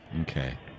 Okay